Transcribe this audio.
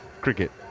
cricket